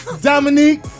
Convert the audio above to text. Dominique